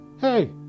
Hey